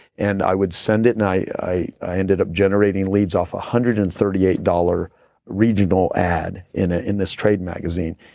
and i would send it and i i ended up generating leads off one ah hundred and thirty eight dollars regional ad in ah in this trade magazine.